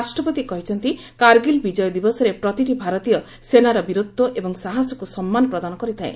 ରାଷ୍ଟ୍ରପତି କହିଛନ୍ତି କାର୍ଗିଲ୍ ବିଜୟ ଦିବସରେ ପ୍ରତିଟି ଭାରତୀୟ ସେନାର ବୀରତ୍ୱ ଏବଂ ସାହସକ୍ ସମ୍ମାନ ପ୍ରଦାନ କରିଥାଏ